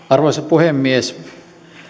arvoisa puhemies